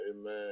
amen